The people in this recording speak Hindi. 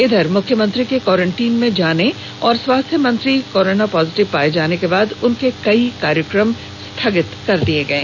इधर मुख्यमंत्री के कवारेंटाइन में जाने और स्वास्थ्य मंत्री कोरोना पॉजिटिव पाये जाने के बाद उनके कई कार्यक्रम स्थगित कर दिये गये